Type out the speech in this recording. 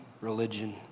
religion